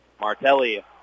Martelli